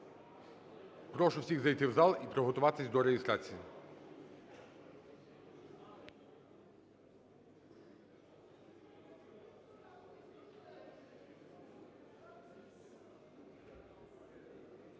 Прошу всіх зайти в зал і приготуватись до реєстрації.